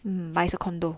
but it's a condo